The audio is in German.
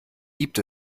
liebt